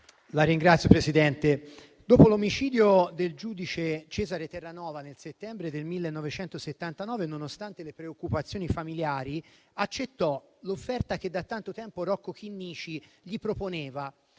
Signor Presidente, dopo l'omicidio del giudice Cesare Terranova, nel settembre del 1979, nonostante le preoccupazioni familiari, Falcone accettò l'offerta che da tanto tempo Rocco Chinnici gli faceva